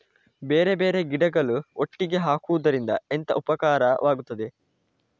ಬೇರೆ ಬೇರೆ ಗಿಡಗಳು ಒಟ್ಟಿಗೆ ಹಾಕುದರಿಂದ ಎಂತ ಉಪಕಾರವಾಗುತ್ತದೆ?